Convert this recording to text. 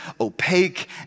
opaque